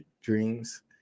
dreams